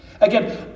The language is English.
Again